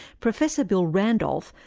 professor bill randolph,